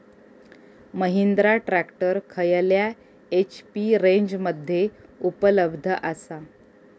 Mahindra tractor खयल्या HP रेंजमध्ये उपलब्ध आसा?